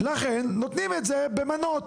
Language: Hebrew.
לכן נותנים את זה במנות.